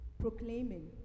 proclaiming